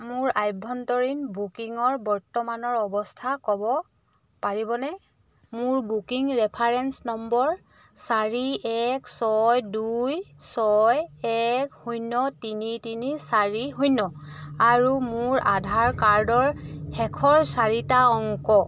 মোৰ আভ্যন্তৰীণ বুকিঙৰ বৰ্তমানৰ অৱস্থা ক'ব পাৰিবনে মোৰ বুকিং ৰেফাৰেঞ্চ নম্বৰ চাৰি এক ছয় দুই ছয় এক শূন্য তিনি তিনি চাৰি শূন্য আৰু মোৰ আধাৰ কাৰ্ডৰ শেষৰ চাৰিটা অংক